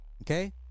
Okay